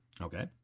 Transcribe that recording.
Okay